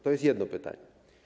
To jest jedno pytanie.